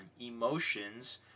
emotions